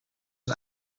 een